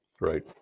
Right